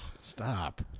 stop